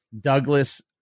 Douglas